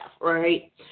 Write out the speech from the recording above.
right